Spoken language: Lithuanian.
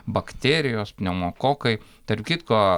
bakterijos pneumokokai tarp kitko